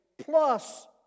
Plus